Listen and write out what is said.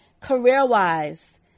Career-wise